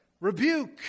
rebuke